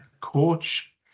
coach